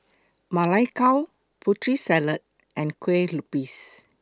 Ma Lai Gao Putri Salad and Kuih Lopes